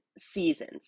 seasons